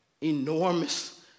enormous